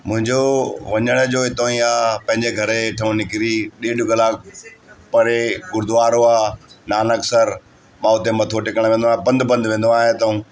मुंहिजो वञण जो इतो ई आहे पंहिंजे घर जे हेठो निकिरी ॾेढ कलाक परे गुरूद्वारो आहे नानक सर मां उते मथो टेकण वेंदो हा पंध पंध वेंदो आहियां हितो